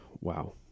wow